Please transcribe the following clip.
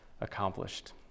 accomplished